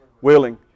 Willing